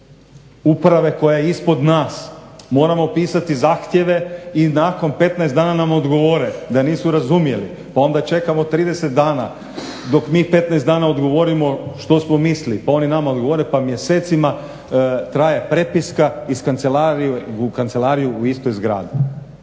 uprave koja je ispod nas moramo pisati zahtjeve i nakon 15 dana nam odgovore da nisu razumjeli, pa onda čekamo 30 dana dok mi 15 dana odgovorimo što smo mislili, pa oni nama odgovore pa mjesecima traje prepiska iz kancelarije u kancelariju